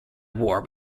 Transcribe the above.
war